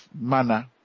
manner